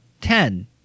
ten